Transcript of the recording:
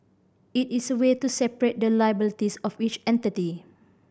it is a way to separate the liabilities of each entity